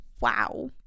wow